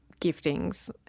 giftings